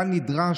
היה נדרש,